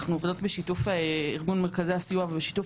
אנחנו עובדות בשיתוף ארגון מרכזי הסיוע ובשיתוף